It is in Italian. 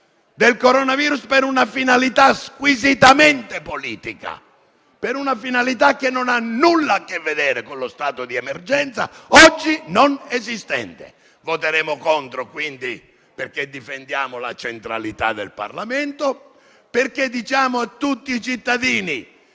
del coronavirus per una finalità squisitamente politica, per una finalità che non ha nulla a che vedere con lo stato di emergenza, oggi non esistente. Voteremo contro la prosecuzione dell'esame del provvedimento, quindi, perché difendiamo la centralità del Parlamento, perché diciamo a tutti i cittadini